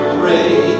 pray